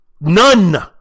None